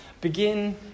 begin